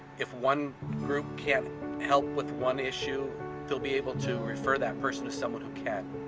if one group can't help with one issue they'll be able to refer that person to someone who can.